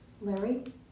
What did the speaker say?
larry